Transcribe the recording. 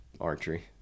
archery